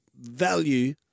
value